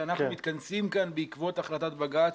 שאנחנו מתכנסים כאן בעקבות החלטת בג"צ.